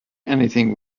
anything